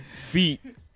Feet